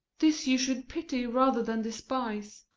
this you should pity rather than despise.